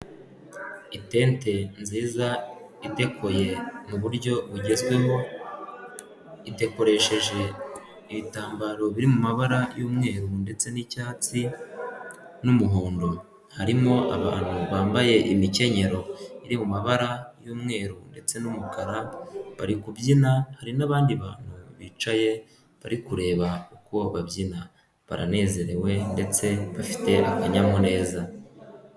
Itente nziza idekoye mu buryo bugezweho, idekoresheje ibitambaro biri mu mabara y'umweru ndetse n'icyatsi n'umuhondo, harimo abantu bambaye imikenyero iri mu mabara y'umweru ndetse n'umukara bari kubyina, hari n'abandi bantu bicaye bari kureba uko babyina baranezerewe ndetse bafite akanyamuneza.